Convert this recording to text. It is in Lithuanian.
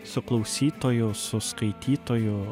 su klausytoju skaitytoju